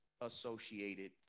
associated